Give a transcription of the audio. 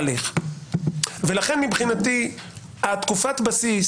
לכן, מבחינתי, תקופת הבסיס